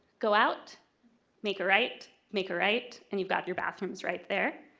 go out make a right, make a right, and you've got your bathrooms right there.